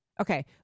Okay